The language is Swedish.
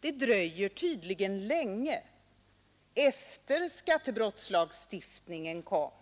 Det dröjer tydligen länge efter skattebrottslagstiftningens tillkomst